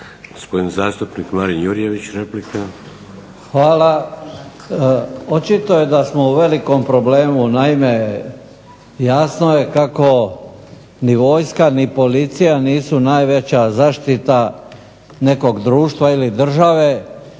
Jurjević, replika. **Jurjević, Marin (SDP)** Hvala. Očito je da smo u velikom problemu. Naime, jasno je kako ni vojska ni policija nisu najveća zaštita nekog društva i države.